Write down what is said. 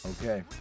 Okay